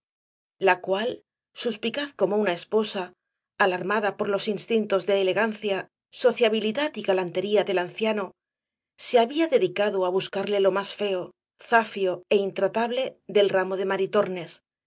la cual suspicaz como una esposa alarmada por los instintos de elegancia sociabilidad y galantería del anciano se había dedicado á buscarle lo más feo zafio é intratable del ramo de